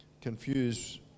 confuse